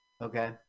Okay